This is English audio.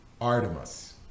Artemis